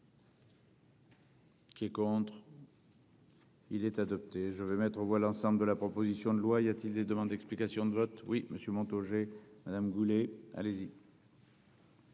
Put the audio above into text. Qui est contre. Il est adopté. Je vais mettre aux voix l'ensemble de la proposition de loi, y a-t-il des demandes d'explications de vote. Oui monsieur Montaugé Madame Goulet, allez-y.